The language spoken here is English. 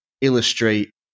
illustrate